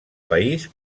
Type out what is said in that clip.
país